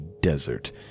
desert